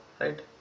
right